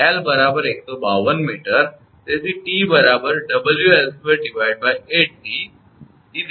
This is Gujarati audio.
તેથી 𝑇 𝑊𝐿2 8𝑑 1